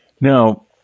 now